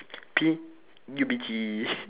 P U B G